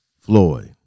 Floyd